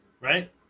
Right